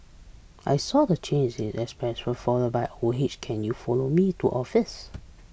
I saw the change in expression followed by can you follow me to office